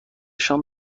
شام